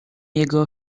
jego